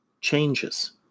changes